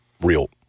real –